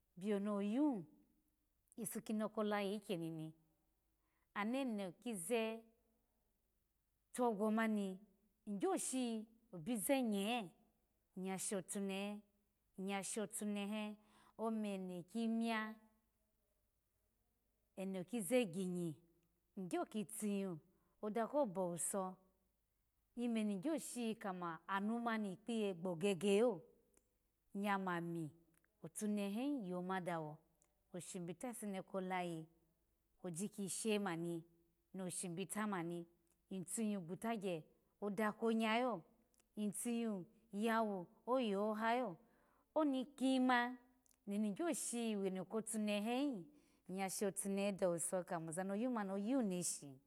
Biya noyu ipu kawinikolayi ikyemi ni aneno kizitogwo mani igyoshi obizinye iya shotumehe iya shotunehu ome eno kimiya eno kiziginyi igyo kitiyuma oda kobowuso eme ni ogyoshi anu mani ikiye gbogeye yo iya mani otuunehu hi yo ma dawa oshun bita ipu kni kolayi oji kishe mani no shubita mani ituyu kwutugye oda konya lo itiyu yawo oye hodalo oniki ma ano ni gyoshi wemo kotunehe hi iya shotunewe dowoso kamo oza ni oyumni oya neshi